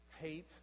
hate